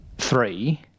Three